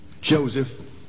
Joseph